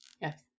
Yes